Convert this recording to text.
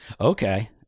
Okay